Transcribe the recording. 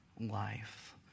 life